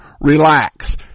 relax